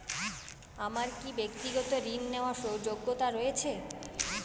আমার কী ব্যাক্তিগত ঋণ নেওয়ার যোগ্যতা রয়েছে?